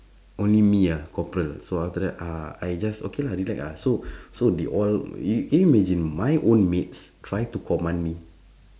only me ah corporal so after that uh I just okay lah relac ah so so they all y~ can you imagine my own mates try to command me